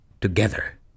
together